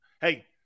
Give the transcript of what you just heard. Hey